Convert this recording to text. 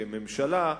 כממשלה,